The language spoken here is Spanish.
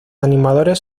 animadores